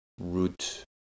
root